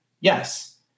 Yes